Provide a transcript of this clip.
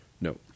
No